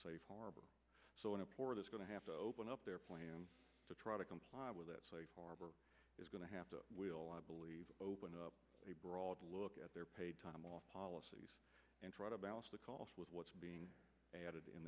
safe harbor so import is going to have to open up their plans to try to comply with that safe harbor is going to have to we'll i believe open up a broader look at their paid time off policies and try to balance the cost with what's being added in